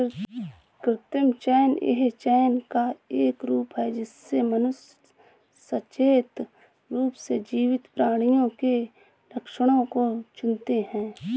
कृत्रिम चयन यह चयन का एक रूप है जिससे मनुष्य सचेत रूप से जीवित प्राणियों के लक्षणों को चुनते है